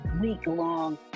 week-long